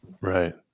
right